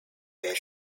were